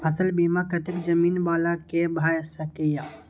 फसल बीमा कतेक जमीन वाला के भ सकेया?